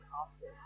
Castle